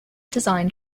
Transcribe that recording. designed